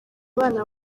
bana